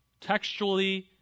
textually